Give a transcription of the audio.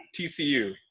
TCU